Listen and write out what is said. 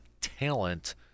talent